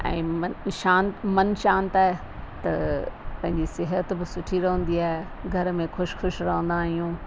ऐं मनु शांत मनु शांत आहे त पंहिंजी सिहत बि सुठी रहंदी आहे घर में ख़ुशि ख़ुशि रहंदा आहियूं